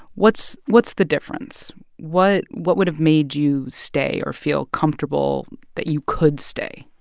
what's what's the difference? what what would have made you stay or feel comfortable that you could stay?